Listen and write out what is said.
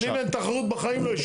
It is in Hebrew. אבל אם אין תחרות בחיים לא ישתנה.